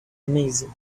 amazing